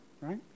right